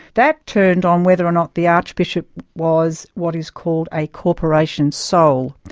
that turned on whether or not the archbishop was what is called a corporation sole.